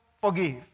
forgive